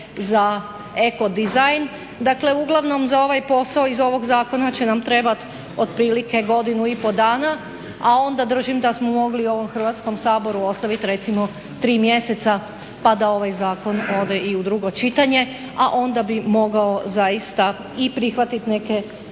za eko dizajn. Dakle uglavnom za ovaj posao iz ovog zakona će nam trebat otprilike godinu i pol dana, a onda držim da smo mogli i ovom Hrvatskom saboru ostavit recimo 3 mjeseca pa da ovaj zakon ode i u drugo čitanje, a onda bi mogao zaista i prihvatiti neke napomene